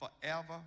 forever